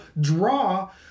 draw